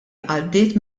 għaddiet